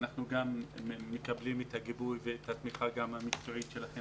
אנחנו מקבלים את הגיבוי ואת התמיכה המקצועית שלכם